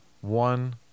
one